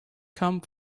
come